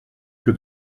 que